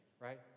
right